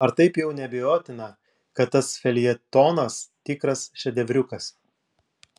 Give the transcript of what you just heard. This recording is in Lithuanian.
ar taip jau neabejotina kad tas feljetonas tikras šedevriukas